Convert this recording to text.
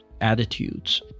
Attitudes